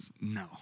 No